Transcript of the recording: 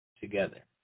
together